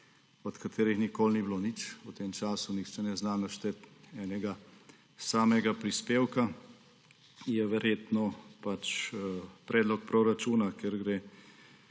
od katerih nikoli ni bilo nič, v tem času nihče ne zna našteti enega samega prispevka, zato je verjetno predlog proračuna, ker gre